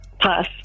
Pass